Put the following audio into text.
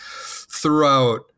throughout